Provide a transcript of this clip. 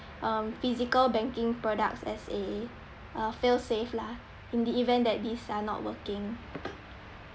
um physical banking products as a uh fail safe lah in the event that these are not working